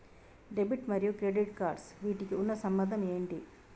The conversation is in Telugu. డెబిట్ మరియు క్రెడిట్ కార్డ్స్ వీటికి ఉన్న సంబంధం ఏంటి?